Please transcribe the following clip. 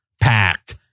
packed